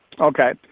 Okay